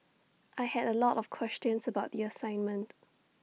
I had A lot of questions about the assignment